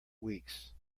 weeks